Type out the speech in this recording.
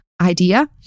Idea